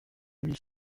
mille